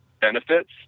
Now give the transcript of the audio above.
benefits